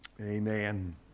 Amen